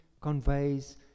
conveys